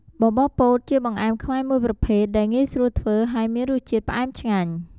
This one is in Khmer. បបរពោតជាបង្អែមខ្មែរមួយប្រភេទដែលងាយស្រួលធ្វើ ហើយមានរសជាតិផ្អែមឆ្ងាញ់។